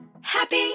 Happy